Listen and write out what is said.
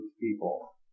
people